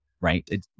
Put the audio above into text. right